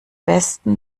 besten